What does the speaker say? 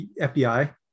FBI